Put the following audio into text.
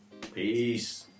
Peace